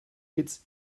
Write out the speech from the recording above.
its